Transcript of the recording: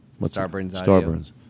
Starburns